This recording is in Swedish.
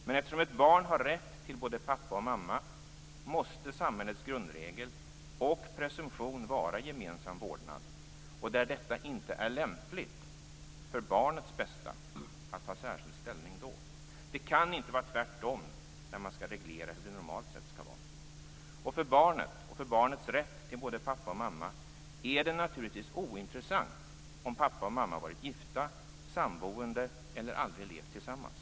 Men eftersom ett barn har rätt till både pappa och mamma måste samhällets grundregel och presumtion vara gemensam vårdnad, och där detta inte är lämpligt för barnets bästa att ta särskild ställning då. Det kan inte vara tvärtom, när man skall reglera hur det normalt sett skall vara. För barnet och dess rätt till både pappa och mamma är det naturligtvis ointressant om pappa och mamma varit gifta, samboende eller aldrig levt tillsammans.